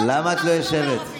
למה את לא יושבת?